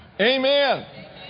Amen